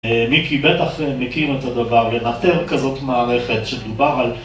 מיקי בטח מכיר את הדבר לנטר כזאת מערכת שדובר על